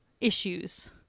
issues